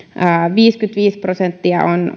viisikymmentäviisi prosenttia on